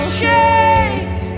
shake